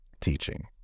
teaching